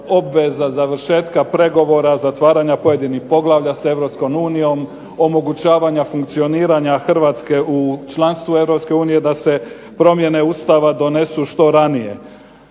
obveza završetka pregovora, zatvaranja pojedinih poglavlja sa Europskom unijom, omogućavanja funkcioniranja Hrvatske u članstvo Europske unije, da se promjene Ustava donesu što ranije